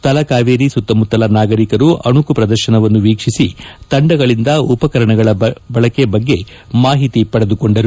ತಲಕಾವೇರಿ ಸುತ್ತಮುತ್ತಲಿನ ನಾಗರಿಕರು ಅಣುಕು ಪ್ರದರ್ಶನವನ್ನು ವೀಕ್ಷಿಸಿ ತಂಡಗಳಿಂದ ಉಪಕರಣಗಳ ಬಳಕೆ ಬಗ್ಗೆ ಮಾಹಿತಿ ಪಡೆದುಕೊಂಡರು